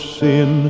sin